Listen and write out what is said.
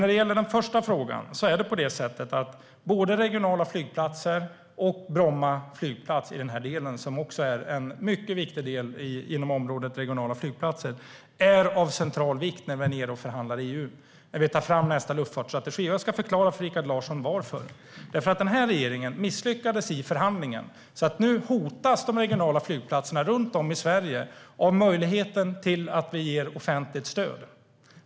När det gäller den första frågan är både regionala flygplatser och Bromma flygplats, som är en mycket viktig del inom området regionala flygplatser, av central vikt när vi är nere och förhandlar i EU och tar fram nästa luftfartsstrategi. Jag ska förklara varför för Rikard Larsson. Regeringen misslyckades i förhandlingen, så nu hotas möjligheten för de regionala flygplatserna runt om i Sverige att få offentligt stöd.